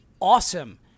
awesome